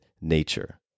nature